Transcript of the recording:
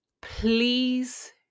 Please